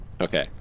Okay